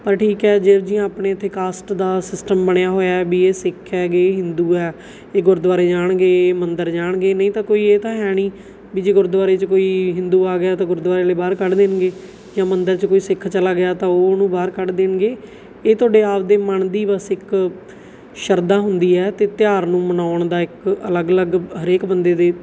ਪਰ ਠੀਕ ਹੈ ਜਿਹੋ ਜਿਹੀਆਂ ਆਪਣੇ ਇੱਥੇ ਕਾਸਟ ਦਾ ਸਿਸਟਮ ਬਣਿਆ ਹੋਇਆ ਵੀ ਇਹ ਸਿੱਖ ਹੈਗੇ ਹਿੰਦੂ ਹੈ ਇਹ ਗੁਰਦੁਆਰੇ ਜਾਣਗੇ ਇਹ ਮੰਦਰ ਜਾਣਗੇ ਨਹੀਂ ਤਾਂ ਕੋਈ ਇਹ ਤਾਂ ਹੈ ਨਹੀਂ ਵੀ ਜੇ ਗੁਰਦੁਆਰੇ 'ਚ ਕੋਈ ਹਿੰਦੂ ਆ ਗਿਆ ਤਾਂ ਗੁਰਦੁਆਰੇ ਵਾਲੇ ਬਾਹਰ ਕੱਢ ਦੇਣਗੇ ਜਾਂ ਮੰਦਰ 'ਚ ਕੋਈ ਸਿੱਖ ਚਲਾ ਗਿਆ ਤਾਂ ਉਹ ਉਹਨੂੰ ਬਾਹਰ ਕੱਢ ਦੇਣਗੇ ਇਹ ਤੁਹਾਡੇ ਆਪਣੇ ਮਨ ਦੀ ਬਸ ਇੱਕ ਸ਼ਰਧਾ ਹੁੰਦੀ ਹੈ ਅਤੇ ਤਿਉਹਾਰ ਨੂੰ ਮਨਾਉਣ ਦਾ ਇੱਕ ਅਲੱਗ ਅਲੱਗ ਹਰੇਕ ਬੰਦੇ ਦੇ